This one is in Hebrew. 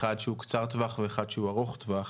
אחד שהוא קצר טווח ואחד שהוא ארוך טווח.